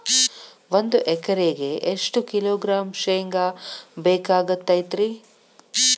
ಒಂದು ಎಕರೆಗೆ ಎಷ್ಟು ಕಿಲೋಗ್ರಾಂ ಶೇಂಗಾ ಬೇಕಾಗತೈತ್ರಿ?